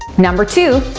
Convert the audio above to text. number two,